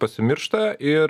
pasimiršta ir